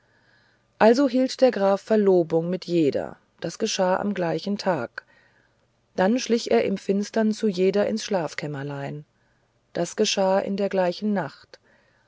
also hielt der graf verlobung mit jeder das geschah am gleichen tage dann schlich er im finstern zu jeder ins schlafkämmerlein das geschah in der gleichen nacht